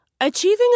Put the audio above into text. Achieving